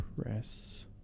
Press